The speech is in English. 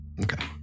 Okay